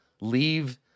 leave